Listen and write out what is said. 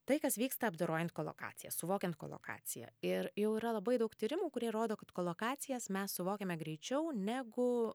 tai kas vyksta apdorojant kolokaciją suvokiant kolokaciją ir jau yra labai daug tyrimų kurie rodo kad kolokacijas mes suvokiame greičiau negu